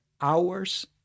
hours